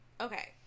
okay